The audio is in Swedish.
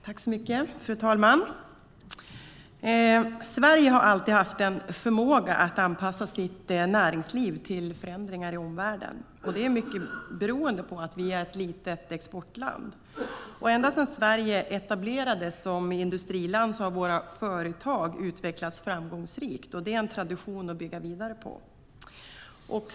Fru talman! Sverige har alltid haft en förmåga att anpassa sitt näringsliv till förändringar i omvärlden, och det är mycket beroende på att vi är ett litet exportland. Ända sedan Sverige etablerades som industriland har våra företag utvecklats framgångsrikt, och det är en tradition att bygga vidare på.